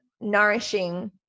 nourishing